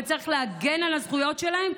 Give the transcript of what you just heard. אבל צריך להגן על הזכויות שלהם,